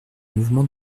mouvement